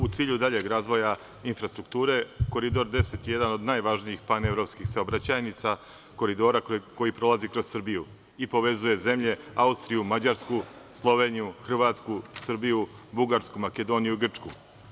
U cilju daljeg razvoja infrastrukture, Koridor 10 je jedan od najvažnijih panevropskih saobraćajnica, koridora koji prolazi kroz Srbiju i povezuje zemlje – Austriju, Mađarsku, Sloveniju, Hrvatsku, Srbiju, Bugarsku, Makedoniju, Grčku.